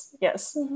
yes